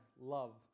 love